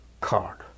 card